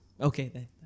Okay